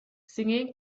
singing